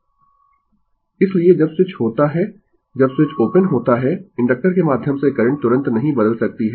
Refer Slide Time 0206 इसलिए जब switch होता है जब स्विच ओपन होता है इंडक्टर के माध्यम से करंट तुरंत नहीं बदल सकती है